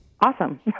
awesome